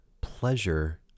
pleasure